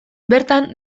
bertan